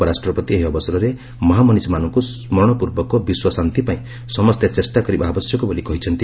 ଉପରାଷ୍ଟ୍ରପତି ଏହି ଅବସରରେ ମହାମନିଶିମାନଙ୍କୁ ସ୍କରଣପୂର୍ବକ ବିଶ୍ୱ ଶାନ୍ତି ପାଇଁ ସମସ୍ତେ ଚେଷ୍ଟା କରିବା ଆବଶ୍ୟକ ବୋଲି କହିଛନ୍ତି